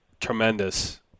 tremendous